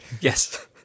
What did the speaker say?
Yes